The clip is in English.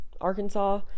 Arkansas